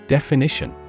Definition